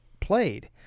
played